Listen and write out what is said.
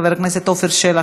חבר הכנסת עפר שלח,